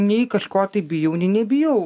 nei kažko tai bijau nei nebijau